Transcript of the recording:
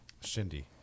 Shindy